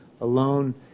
alone